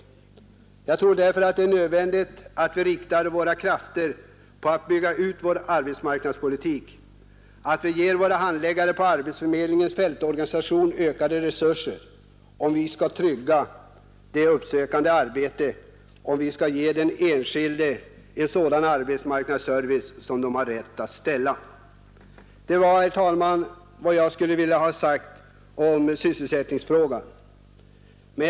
Därför tror jag det är nödvändigt att vi inriktar våra krafter på att bygga ut vår arbetsmarknadspolitik och ge våra handläggare vid arbetsförmedlingarnas fältorganisationer ökade resurser. Därmed tryggas deras uppsökande arbete så att de kan ge den enskilde en sådan arbetsmarknadsservice som han har rätt att kräva. Detta var, herr talman, vad jag skulle vilja ha sagt om sysselsättningsfrågan.